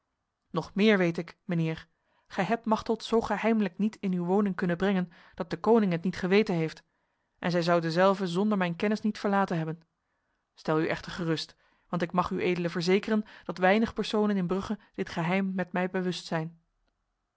nog meer weet ik mijnheer gij hebt machteld zo geheimlijk niet in uw woning kunnen brengen dat deconinck het niet geweten heeft en zij zou dezelve zonder mijn kennis niet verlaten hebben stel u echter gerust want ik mag uedele verzekeren dat weinig personen in brugge dit geheim met mij